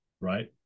right